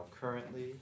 currently